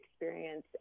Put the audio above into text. experience